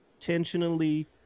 intentionally